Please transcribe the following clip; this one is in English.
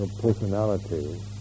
personality